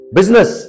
Business